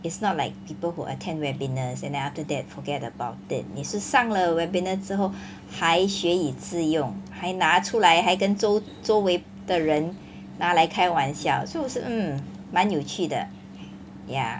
it's not like people who attend webinars and then after that forget about it 你是上了 webinar 之后还学以致用还拿出来还跟周周围的人拿来开玩笑所以我说 hmm 蛮有趣的 ya